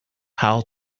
how